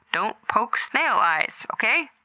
don't poke snail eyes, okay?